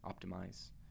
optimize